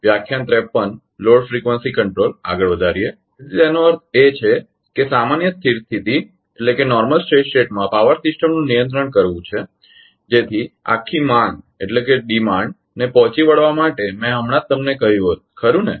તેથી તેનો અર્થ એ છે કે સામાન્ય સ્થિર સ્થિતિમાં પાવર સિસ્ટમનું નિયંત્રણ કરવું છે જેથી આખી માંગડીમાન્ડને પહોંચી વળવા માટે મેં હમણાં જ તમને કહ્યું ખરુ ને